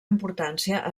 importància